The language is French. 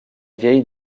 vieille